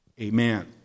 amen